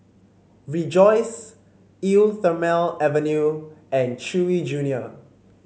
Rejoice Eau Thermale Avene and Chewy Junior